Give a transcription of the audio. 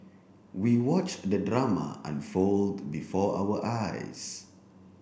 we watched the drama unfold before our eyes